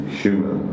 human